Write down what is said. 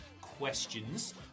questions